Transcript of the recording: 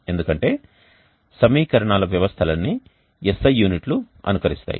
ఎందుకంటే సమీకరణాల వ్యవస్థ లన్నీ SI యూనిట్లు అనుసరిస్తాయి